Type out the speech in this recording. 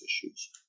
issues